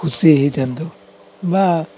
ଖୁସି ହେଇଥାନ୍ତୁ ବା